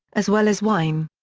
as well as wine.